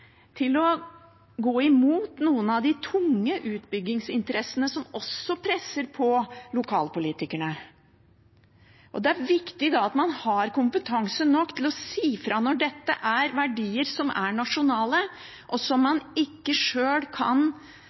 til å gå imot noen av de tunge utbyggingsinteressene som også presser på lokalpolitikerne. Det er viktig at man da har kompetanse nok til å si fra når dette er verdier som er nasjonale, og som man ikke sjøl kan